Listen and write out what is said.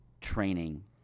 training